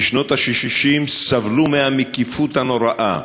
בשנות ה-60, סבלו מה"מקיפות" הנוראה,